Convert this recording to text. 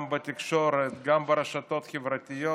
גם בתקשורת, גם ברשתות חברתיות,